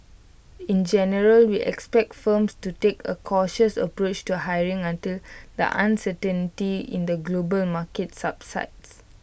in general we expect firms to take A cautious approach to hiring until the uncertainty in the global market subsides